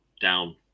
down